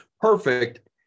Perfect